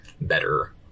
better